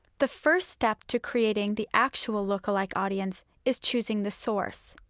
the first step to creating the actual lookalike audience is choosing the source.